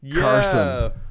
Carson